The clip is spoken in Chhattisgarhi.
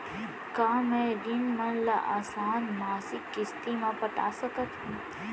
का मैं ऋण मन ल आसान मासिक किस्ती म पटा सकत हो?